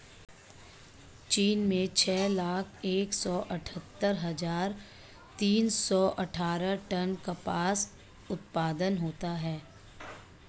चीन में छह लाख एक सौ अठत्तर हजार तीन सौ अट्ठारह टन कपास उत्पादन होता है